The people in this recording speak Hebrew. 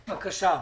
בבקשה.